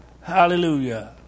Hallelujah